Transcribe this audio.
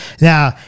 Now